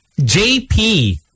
JP